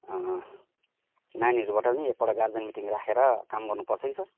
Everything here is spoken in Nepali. नानीहरूबाट पनि एकपल्ट गार्जेन मिटिङ राखेर काम गर्नुपर्छ कि सर